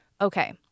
okay